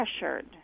pressured